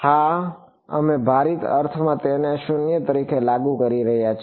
હા અમે ભારિત અર્થમાં તેને 0 તરીકે લાગુ કરી રહ્યા છીએ